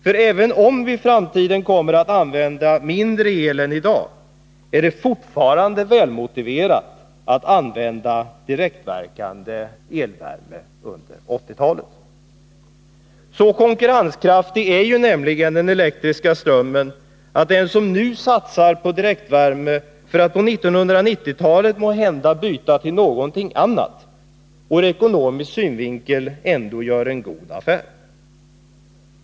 För även om vi i framtiden kommer att använda mindre el än i dag, är det fortfarande välmotiverat att använda direktverkande elvärme under 1980 talet. Så konkurrenskraftig är nämligen den elektriska strömmen att den som nu satsar på direktelvärme för att på 1990-talet måhända byta till någonting annat ur ekonomisk synvinkel ändå gör en god affär.